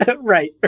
Right